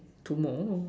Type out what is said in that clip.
two more